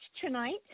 tonight